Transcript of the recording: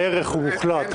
הערך הוא מוחלט,